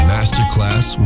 Masterclass